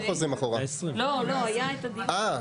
התקבלה.